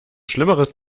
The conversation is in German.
schlimmeres